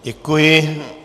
Děkuji.